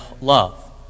love